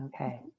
okay